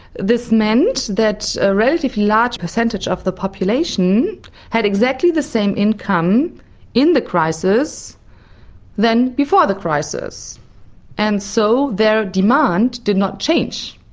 this meant that a relatively large percentage of the population had exactly the same income in the crisis than before the crisis and so their demand did not change,